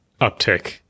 uptick